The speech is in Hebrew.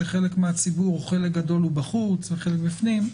שחלק מהציבור או חלק מהגדול הוא בחוץ וחלק בפנים,